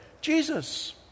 Jesus